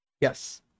Yes